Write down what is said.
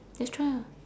just try ah